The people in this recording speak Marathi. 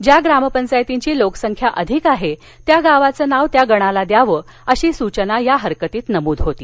ज्या ग्रामपंचायतीची लोकसंख्या अधिक आहे त्या गावाचं नाव त्या गणास द्यावे अशी सूचना या हरकतीत नमूद होती